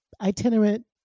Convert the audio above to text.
itinerant